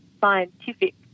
scientific